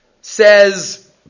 says